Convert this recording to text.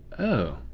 oh.